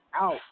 out